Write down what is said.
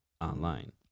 online